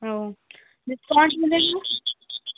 ہوں ڈسکاؤنٹ ملیں گا